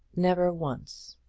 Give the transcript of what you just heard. never once.